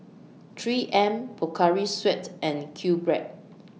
three M Pocari Sweat and QBread